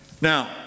Now